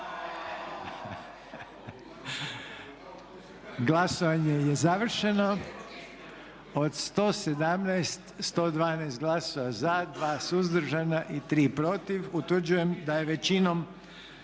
Glasovanje je završeno. 99 glasova za, 16 suzdržanih, 1 protiv. Utvrđujem da je većinom